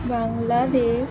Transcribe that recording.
Bangladesh